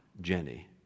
Jenny